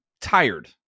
tired